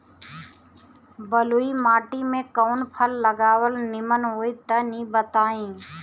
बलुई माटी में कउन फल लगावल निमन होई तनि बताई?